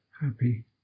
happy